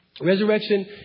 Resurrection